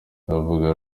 uvuga